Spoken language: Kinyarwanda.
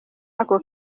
ako